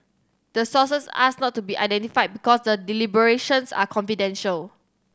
the sources asked not to be identified because the deliberations are confidential